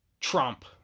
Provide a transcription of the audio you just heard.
Trump